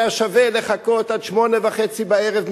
היה שווה לחכות עד שמונה וחצי בערב.